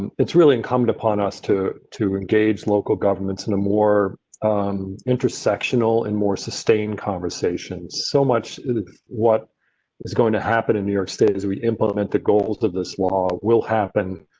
and it's really incumbent upon us to to engage local governments in a more intersectional and more sustained conversation. so much is what is going to happen in new york state is we implement the goals of this law will happen.